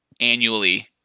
annually